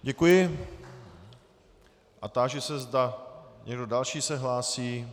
Děkuji a táži se, zda se někdo další hlásí.